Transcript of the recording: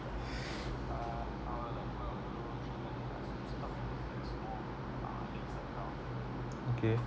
okay